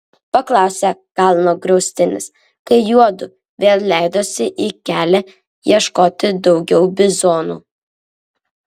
paklausė kalno griaustinis kai juodu vėl leidosi į kelią ieškoti daugiau bizonų